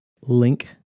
link